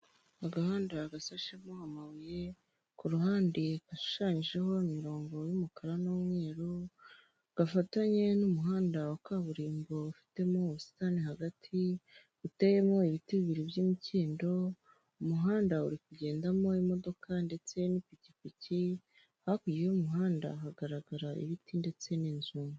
Agahanda gasashemo amabuye ku ruhande ashushanyijeho imirongo y'umukara n'umweru, gafatanye n'umuhanda wa kaburimbo ufitemo ubusitani hagati, buteyemo ibiti bibiri by'imikindo, umuhanda uri kugendamo imodoka ndetse n'ipikipiki, hakurya y'umuhanda hagaragara ibiti ndetse n'inzu.